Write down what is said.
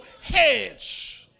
hedge